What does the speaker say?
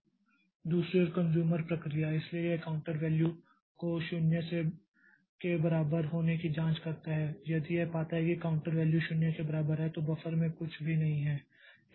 दूसरी ओर कन्ज़्यूमर प्रक्रिया इसलिए यह काउंटर वैल्यू को 0 के बराबर होने की जाँच करता है और यदि यह पाता है कि काउंटर वैल्यू 0 के बराबर है तो बफर में कुछ भी नहीं है